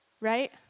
Right